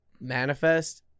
manifest